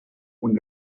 und